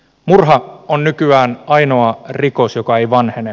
murha on nykyään ainoa rikos joka ei vanhene